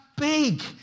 big